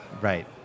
Right